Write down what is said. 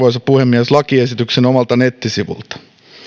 lainaus arvoisa puhemies lakiesityksen omalta nettisivulta